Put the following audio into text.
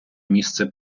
місце